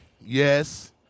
Yes